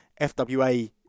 FWA